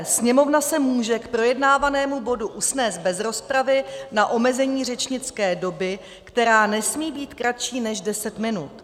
Sněmovna se může k projednávanému bodu usnést bez rozpravy na omezení řečnické doby, která nesmí být kratší než deset minut.